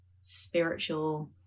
spiritual